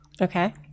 Okay